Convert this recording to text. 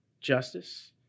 justice